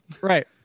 Right